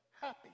happy